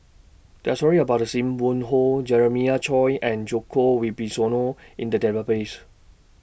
There Are stories about SIM Wong Hoo Jeremiah Choy and Djoko Wibisono in The Database